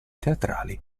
teatrali